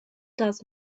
does